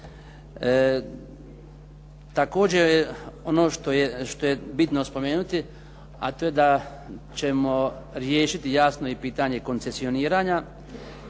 Također ono što je bitno spomenuti, a to je da ćemo riješiti jasno i pitanje koncesioniranja